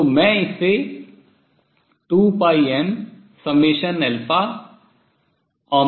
तो मैं इसे 2πmnn